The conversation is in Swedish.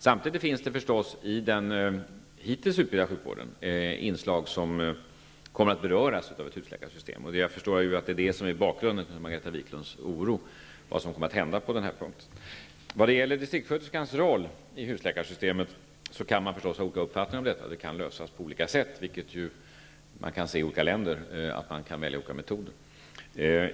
Samtidigt finns i den hittills utbyggda sjukvården inslag som kommer att beröras av ett husläkarsystem. Jag förstår att det är bakgrunden till Margareta Viklunds oro för vad som kommer att hända på denna punkt. Man kan ha olika uppfattningar om distriktssköterskans roll i husläkarsystemet. Den frågan kan lösas på olika sätt. Man kan se att olika länder har valt olika metoder.